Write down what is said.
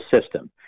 system